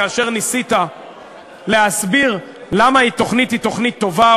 כאשר ניסית להסביר למה התוכנית היא תוכנית טובה,